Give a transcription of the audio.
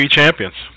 champions